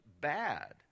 bad